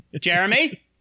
Jeremy